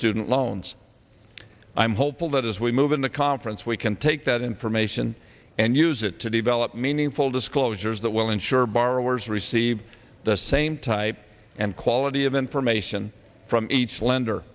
student loans i'm hopeful that as we move in the conference we can take that information and use it to develop meaningful disclosures that will ensure borrowers receive the same type and quality of information from each lender